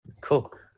Cook